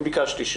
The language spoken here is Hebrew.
אני ביקשתי,